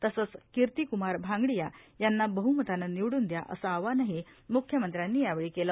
तसंच किर्तीकुमार भांगडयिा यांना बहुमतानं निवडून द्या असं आवाहनही मुख्यमंत्र्यांनी यावेळी केलं